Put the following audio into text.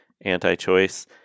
anti-choice